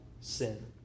sin